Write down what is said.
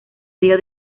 río